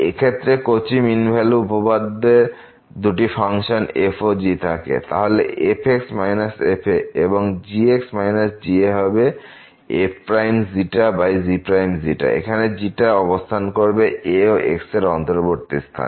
এই ক্ষেত্রে Cauchy mean value উপপাদ্য এ দুটি ফাংশন f ও g থাকে তাহলে f x f এবং g x g হবে fξgξ এবং অবস্থান করবে a ও x এর অন্তর্বর্তী স্থানে